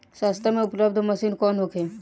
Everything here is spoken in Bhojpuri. सस्ता में उपलब्ध मशीन कौन होखे?